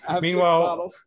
Meanwhile